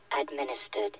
administered